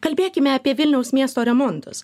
kalbėkime apie vilniaus miesto remontus